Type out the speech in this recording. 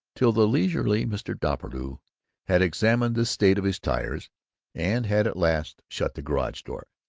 till the leisurely mr. doppelbrau had examined the state of his tires and had at last shut the garage door.